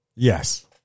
Yes